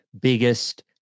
biggest